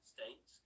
States